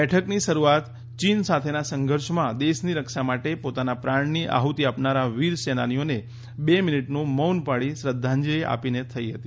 બેઠકની શરૂઆત ચીન સાથેના સંઘર્ષમાં દેશની રક્ષા માટે પોતાના પ્રાણની આહુતિ આપનારા વીર સેનાનીઓને બે મિનીટનું મૌન પાળી શ્રદ્ધાંજલિ આપીને થઇ હતી